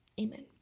Amen